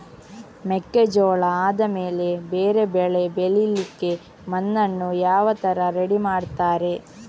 ಮೆಕ್ಕೆಜೋಳ ಆದಮೇಲೆ ಬೇರೆ ಬೆಳೆ ಬೆಳಿಲಿಕ್ಕೆ ಮಣ್ಣನ್ನು ಯಾವ ತರ ರೆಡಿ ಮಾಡ್ತಾರೆ?